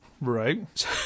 right